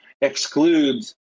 excludes